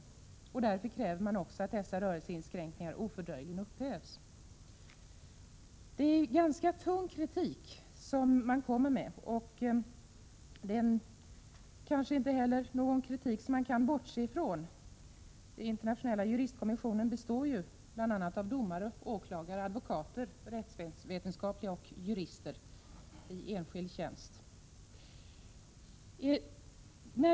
Därför kräver man att dessa rörelseinskränkningar ”ofördröjligen upphävs”. Det är fråga om en ganska tung kritik som framförs och en kritik som det kanske inte heller går att bortse från. Internationella juristkommissionen består ju av bl.a. domare, åklagare, advokater, rättsvetenskapsmän och jurister i enskild tjänst.